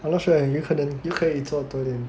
I'm not sure eh 有可能有可能你做对 then